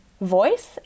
voice